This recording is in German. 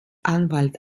anwalt